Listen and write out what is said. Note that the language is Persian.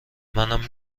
منم